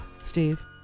Steve